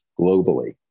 globally